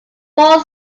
four